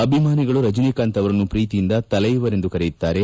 ಅಭಿಮಾನಿಗಳು ರಜನಿಕಾಂತ್ ಅವರನ್ನು ಪ್ರೀತಿಯಿಂದ ತಲ್ಲೆವರ್ ಎಂದು ಕರೆಯುತ್ತಾರೆ